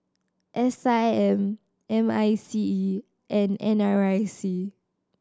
S I M M I C E and N R I C